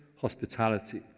hospitality